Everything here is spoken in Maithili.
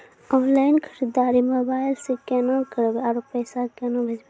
ऑनलाइन खरीददारी मोबाइल से केना करबै, आरु पैसा केना भेजबै?